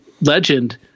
legend